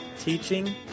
teaching